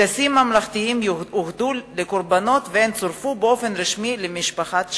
טקסים ממלכתיים יוחדו לקורבנות והן צורפו באופן רשמי למשפחת השכול.